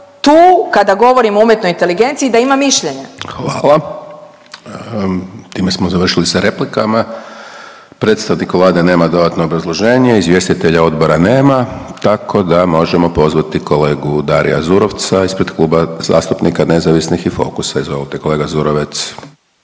tu kada govorimo o umjetnoj inteligenciji da ima mišljenje. **Hajdaš Dončić, Siniša (SDP)** Hvala. Time smo završili sa replikama. Predstavnik Vlade nema dodatno obrazloženje, izvjestitelja odbora nema tako da možemo pozvati kolegu DAria Zurovca ispred Kluba zastupnika nezavisnih i Fokusa. Izvolite kolega Zurovec.